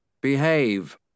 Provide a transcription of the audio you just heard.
behave